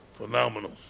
phenomenal